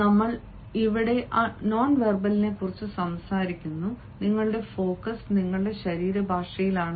നമ്മൾ ഇവിടെ അൺവെർബലിനെക്കുറിച്ച് സംസാരിക്കുന്നിടത്ത് നിങ്ങളുടെ ഫോക്കസ് നിങ്ങളുടെ ശരീരഭാഷയിലാണ്